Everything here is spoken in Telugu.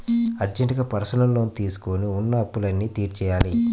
అర్జెంటుగా పర్సనల్ లోన్ తీసుకొని ఉన్న అప్పులన్నీ తీర్చేయ్యాలి